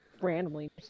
randomly